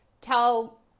tell